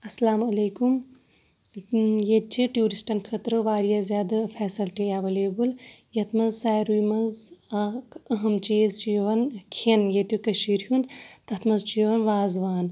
اَسلامُ علیکُم ییٚتہِ چھِ ٹیوٗرِسٹَن خٲطرٕ واریاہ زیادٕ فیسَلٹی ایویلیبٕل یَتھ منٛز ساروِی منٛز اَکھ اہم چیٖز چھِ یِوان کھٮ۪ن ییٚتیُٚک کٔشیٖرِ ہُنٛد تَتھ منٛز چھُ یِوان وازوان